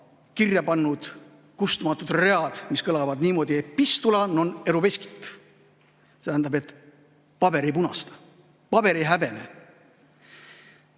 kirja pannud kustumatud [sõnad], mis kõlavad niimoodi:epistula non erubescit. See tähendab, et paber ei punasta, paber ei häbene.